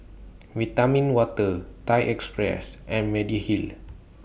Vitamin Water Thai Express and Mediheal